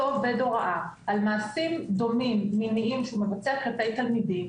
עובד הוראה על מעשים דומים שמבצע כלפי תלמידים